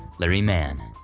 larry mann.